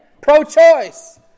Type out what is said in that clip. Pro-choice